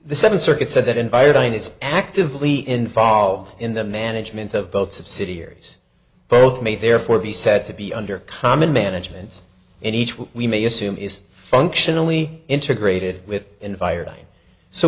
the second circuit said that environment is actively involved in the management of both subsidiaries both may therefore be said to be under common management and each one we may assume is functionally into graded with environment